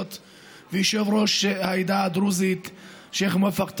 ויושב-ראש העדה הדרוזית שיח' מואפק טריף,